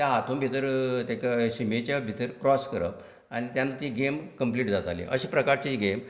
त्या हातून भितर तेका शिमेच्या भितर क्रोस करप आनी तेन्ना ती गेम कंम्प्लिट जाताली अशें प्रकारची ही गेम